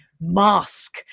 mask